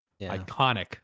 Iconic